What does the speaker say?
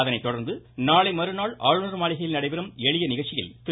அதனை தொடர்ந்து நாளை மறுநாள் ஆளுநர் மாளிகையில் நடைபெறும் எளிய நிகழ்ச்சியில் திரு